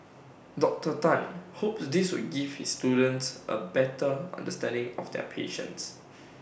Doctor Tan hopes this will give his students A better understanding of their patients